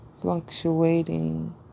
fluctuating